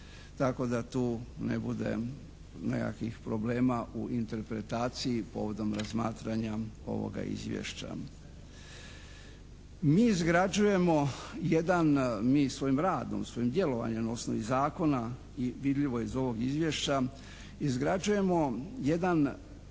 tako da tu ne bude nekakvih problema u interpretaciji povodom razmatranja ovoga izvješća. Mi izgrađujemo jedan, mi svojim radom, svojim djelovanjem na osnovi zakona i vidljivo je iz ovog izvješća, izgrađujemo jedan